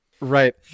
Right